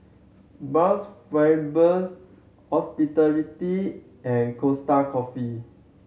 Bounce and Costa Coffee